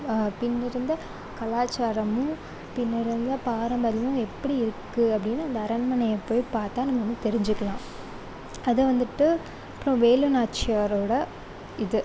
பின் இருந்த கலாச்சாரமும் பின் இருந்த பாரம்பரியமும் எப்படி இருக்கு அப்படின்னு அந்த அரண்மனையை போய் பார்த்தா நம்மளும் தெரிஞ்சிக்கலாம் அது வந்துவிட்டு அப்புறோம் வேலு நாச்சியாரோட இது